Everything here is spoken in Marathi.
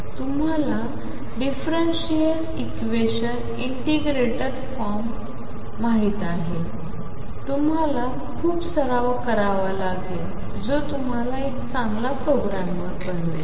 तुम्हाला डिफरेंशियल इक्वेशन इंटिग्रेटर फॉर्म माहित आहे तुम्हाला खूप सराव करावा लागेल जो तुम्हाला एक चांगला प्रोग्रामर बनवेल